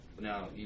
Now